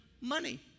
money